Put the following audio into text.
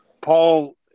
Paul